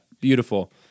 beautiful